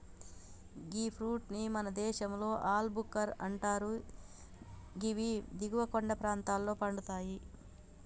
గీ fruit ని మన దేశంలో ఆల్ భుక్కర్ అంటరు గివి దిగువ కొండ ప్రాంతంలో పండుతయి